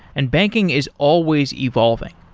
and banking is always evolving.